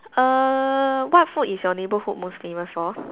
err what food is your neighborhood most famous for